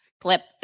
Clip